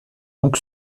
donc